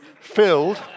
filled